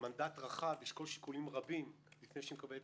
מנדט רחב לשקול שיקולים רבים לפני שהיא מקבלת